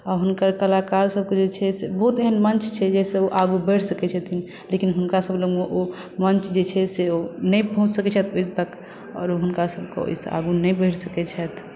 आ हुनकर कलाकारसभके जे छै से बहुत एहेन मञ्च छै जाहिसँ ओ आगू बढ़ि सकैत छथिन लेकिन हुनकासभ लगमे ओ मञ्च जे छै से ओ नहि पहुँच सकैत छथि ओसभ तक आओर हुनकासभके ओहिसँ आगू नहि बढ़ि सकैत छथि